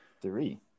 Three